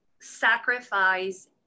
sacrifice